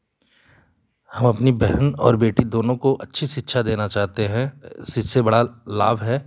हम अपनी बहन और बेटी दोनों को अच्छी शिक्षा देना चाहते हैं जिससे बड़ा लाभ है